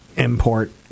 import